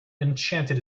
enchanted